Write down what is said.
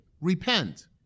Repent